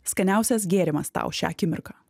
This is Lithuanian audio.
skaniausias gėrimas tau šią akimirką